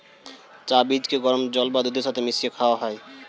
চা বীজকে গরম জল বা দুধের সাথে মিশিয়ে খাওয়া হয়